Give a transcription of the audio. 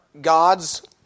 God's